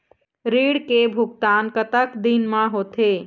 ऋण के भुगतान कतक दिन म होथे?